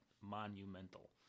monumental